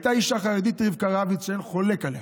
הייתה אישה חרדית, רבקה רביץ, שאין חולק עליה.